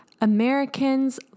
Americans